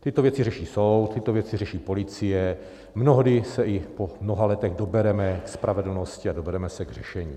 Tyto věci řeší soud, tyto věci řeší policie, mnohdy se i po mnoha letech dobereme spravedlnosti a dobereme se k řešení.